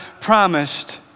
promised